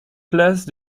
place